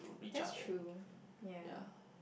that's true ya